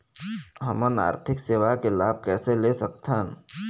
हमन आरथिक सेवा के लाभ कैसे ले सकथन?